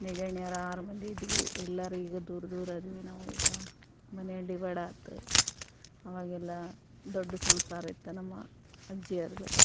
ನೆಗಣ್ಯಾರು ಆರು ಮಂದಿ ಇದ್ವಿ ಎಲ್ಲರೂ ಈಗ ದೂರ ದೂರ ಅದೀವಿ ನಾವು ಈಗ ಮನೆ ಡಿವೈಡ್ ಆತು ಅವಾಗೆಲ್ಲ ದೊಡ್ಡ ಸಂಸಾರ ಇತ್ತು ನಮ್ಮ ಅಜ್ಜಿಯರ್ದು